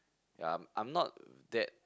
yea I'm I'm not that